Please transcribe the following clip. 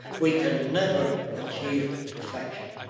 we can never achieve perfection.